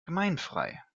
gemeinfrei